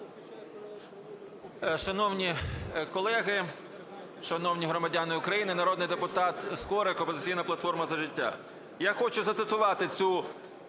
Шановні колеги, шановні громадяни України, народний депутат Скорик, "Опозиційна платформа - За життя".